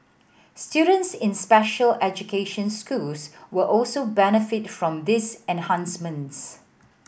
students in special education schools will also benefit from these enhancements